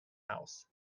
house